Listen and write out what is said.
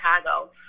Chicago